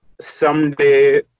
someday